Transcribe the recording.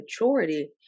maturity